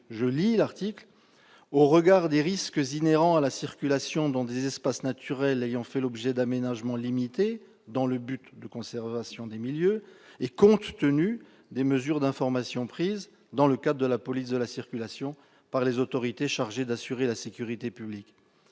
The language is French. être appréciée « au regard des risques inhérents à la circulation dans des espaces naturels ayant fait l'objet d'aménagements limités dans le but de conservation des milieux, et compte tenu des mesures d'information prises, dans le cadre de la police de la circulation, par les autorités chargées d'assurer la sécurité publique ».